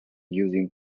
using